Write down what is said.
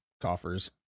coffers